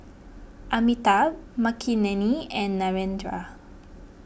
Amitabh Makineni and Narendra